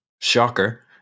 shocker